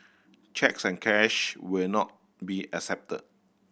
cheques and cash will not be accepted